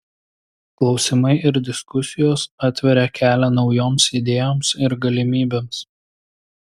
klausimai ir diskusijos atveria kelią naujoms idėjoms ir galimybėms